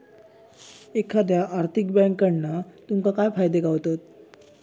एखाद्या आर्थिक बँककडना तुमका काय फायदे गावतत?